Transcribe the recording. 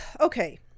okay